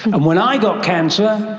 and when i got cancer,